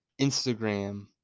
Instagram